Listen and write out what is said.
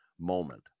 moment